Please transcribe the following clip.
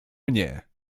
mnie